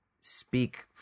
speak